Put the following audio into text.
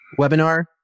webinar